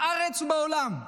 בארץ ובעולם,